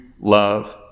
love